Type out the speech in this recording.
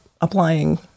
applying